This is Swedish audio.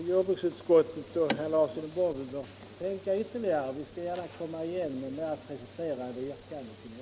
Jordbruksutskottet och herr Larsson i Borrby bör fundera ytterligare över detta. Vi kommer gärna igen med mera preciserade yrkanden.